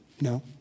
No